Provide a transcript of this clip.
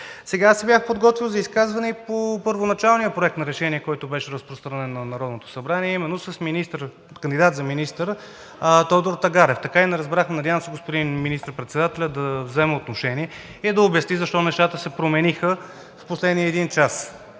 Сега аз се бях приготвил за изказване по първоначалния проект на решение, който беше разпространен, на Народното събрание, а именно с кандидат за министър Тодор Тагарев. Така и не разбрах, надявам се господин министър-председателят да вземе отношение и да обясни защо нещата се промениха в последния един час